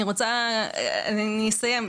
אני אסיים,